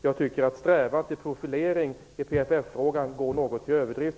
Jag tycker att strävan till profilering i PFF frågan med förlov sagt går något till överdrift.